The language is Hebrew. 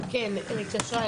11:06.